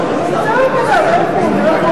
שדיבר כל